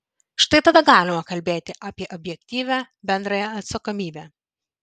štai tada galima kalbėti apie objektyvią bendrąją atsakomybę